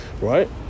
right